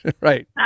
right